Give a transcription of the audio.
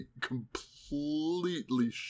completely